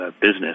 business